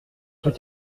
tout